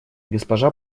госпожа